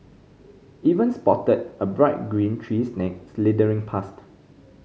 even spotted a bright green tree snake slithering past